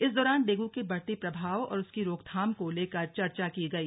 इस दौरान डेंगू के बढ़ते प्रभाव और उसकी रोकथाम को लेकर चर्चा की गई